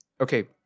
okay